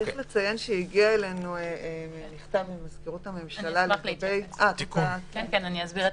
צריך לציין שהגיע אלינו מכתב ממזכירות הממשלה --- אני אשמח להסביר.